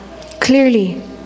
Clearly